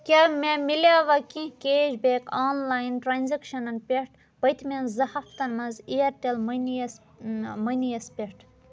کیٛاہ مےٚ مِلیوا کینٛہہ کیش بیک آن لایِن ٹرنزیکشنن پٮ۪ٹھ پٔتمین زٕ ہفتن مَنٛز Airtel money yes money yes پٮ۪ٹھ؟